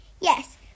Yes